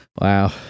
wow